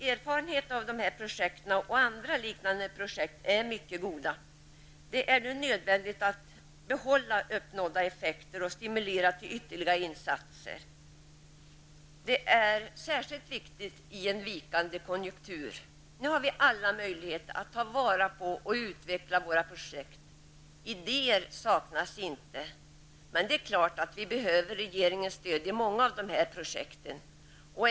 Erfarenheter av dessa projekt och andra liknande projekt är mycket goda. Det är nu nödvändigt att behålla uppnådda effekter och stimulera till ytterligare insatser. Det är särskilt viktigt i en vikande konjunktur. Vi har alla möjligheter att ta vara på och utveckla våra projekt. Idéer saknas inte. Men det är klart att vi behöver regeringens stöd i många projekt.